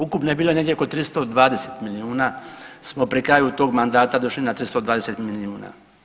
Ukupno je bilo negdje oko 320 milijuna smo pri kraju tog mandata došli na 320 milijuna.